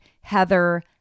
Heather